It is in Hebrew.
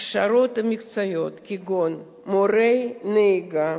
הכשרות מקצועיות כגון מורי נהיגה,